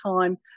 time